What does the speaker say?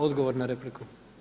Odgovor na repliku.